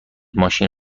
ماشین